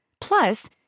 Plus